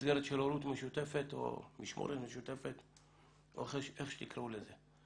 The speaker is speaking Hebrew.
במסגרת של הורות משותפת או משמורת משותפת או איך שתקראו לזה.